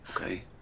Okay